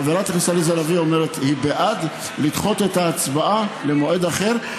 חברת הכנסת עליזה לביא אומרת שהיא בעד לדחות את ההצבעה למועד אחר,